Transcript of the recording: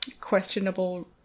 questionable